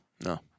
No